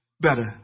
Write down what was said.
better